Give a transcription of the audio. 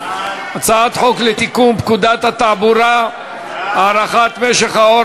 הצעת חוק לתיקון פקודת התעבורה (הארכת משך האור